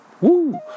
Woo